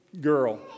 girl